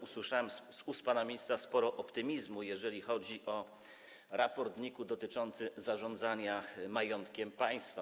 Usłyszałem z ust pana ministra sporo słów optymistycznych, jeżeli chodzi o raport NIK-u dotyczący zarządzania majątkiem państwa.